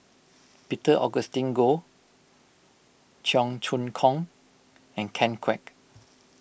Peter Augustine Goh Cheong Choong Kong and Ken Kwek